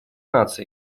наций